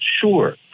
sure